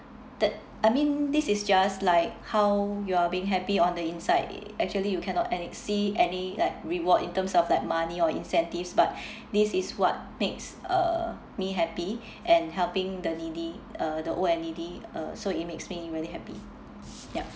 that I mean this is just like how you are being happy on the inside actually you cannot and it see any like reward in terms of like money or incentives but this is what makes uh me happy and helping the lady uh the old lady uh so it makes me really happy yup